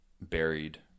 buried